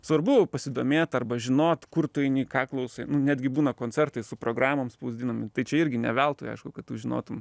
svarbu pasidomėt arba žinot kur tu eini ką klausai nu netgi būna koncertai su programom spausdinami tai čia irgi ne veltui aišku kad tu žinotum